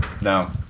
No